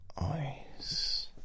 eyes